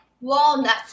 walnuts